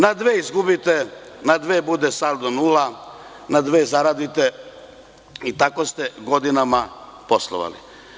Na dve izgubite, na dve bude saldo nula, na dve zaradite i tako ste godinama poslovali.